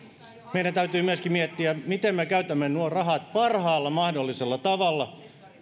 meidän täytyy myöskin miettiä miten me käytämme nuo rahat parhaalla mahdollisella tavalla